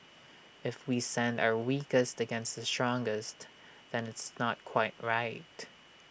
if we send our weakest against the strongest then it's not quite right